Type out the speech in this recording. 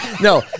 No